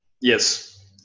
Yes